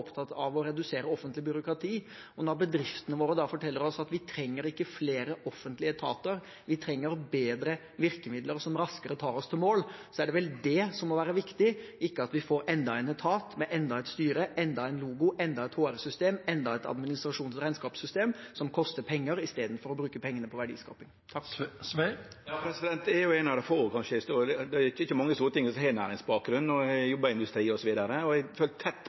av å redusere offentlig byråkrati, og når bedriftene våre da forteller oss at vi ikke trenger flere offentlige etater, men at vi trenger bedre virkemidler som raskere tar oss til mål, så er det vel det som må være viktig, og ikke at vi får enda en etat, med enda et styre, enda en logo, enda et HR-system og enda et administrasjons- og regnskapssystem som koster penger, i stedet for å bruke pengene på verdiskaping. Eg er jo ein av dei få, kanskje, som har næringsbakgrunn, det er nok ikkje mange i Stortinget som har det, eg har jobba i industri osv. Eg har følgt tett